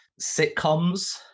sitcoms